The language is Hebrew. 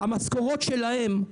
המשכורות שלהם,